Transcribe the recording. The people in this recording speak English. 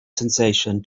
sensation